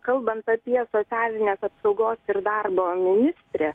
kalbant apie socialinės apsaugos ir darbo ministrę